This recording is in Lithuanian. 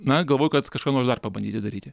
na galvoju kad kažką noriu dar pabandyti daryti